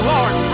Lord